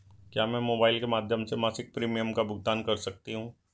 क्या मैं मोबाइल के माध्यम से मासिक प्रिमियम का भुगतान कर सकती हूँ?